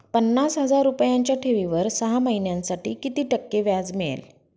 पन्नास हजार रुपयांच्या ठेवीवर सहा महिन्यांसाठी किती टक्के व्याज मिळेल?